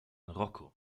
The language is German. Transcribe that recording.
rocco